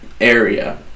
area